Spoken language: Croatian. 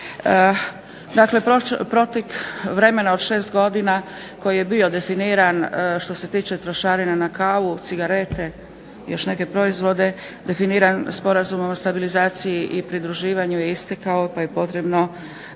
Dakle, protek vremena od 6 godina koji je bio definiran što se tiče trošarina na kavu, cigarete i još neke proizvode, definiran Sporazumom o stabilizaciji i pridruživanju je istekao pa je potrebno